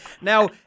Now